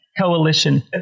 Coalition